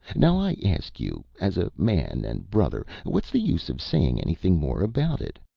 now i ask you, as a man and brother, what's the use of saying anything more about it?